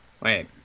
wait